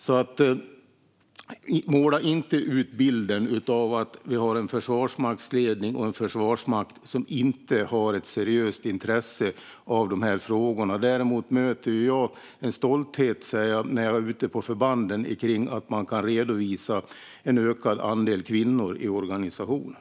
Måla alltså inte upp bilden att vi har en försvarsmaktsledning och en försvarsmakt som inte har ett seriöst intresse av de här frågorna! Däremot möter jag när jag är ute på förbanden en stolthet kring att man kan redovisa en ökad andel kvinnor i organisationen.